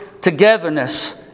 togetherness